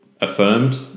affirmed